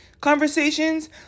conversations